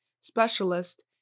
specialist